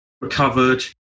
recovered